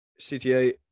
CTA